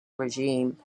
regime